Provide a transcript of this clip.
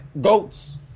Goats